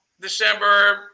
December